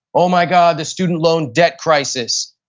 oh my god the student loan debt crisis.